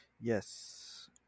Yes